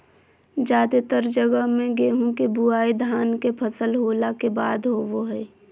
जादेतर जगह मे गेहूं के बुआई धान के फसल होला के बाद होवो हय